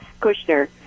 Kushner